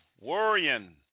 worrying